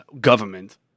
government